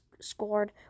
scored